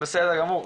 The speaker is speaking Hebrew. בסדר גמור.